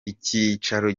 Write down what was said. icyicaro